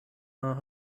are